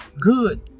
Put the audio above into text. good